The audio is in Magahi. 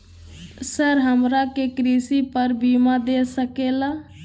सर हमरा के कृषि पर बीमा दे सके ला?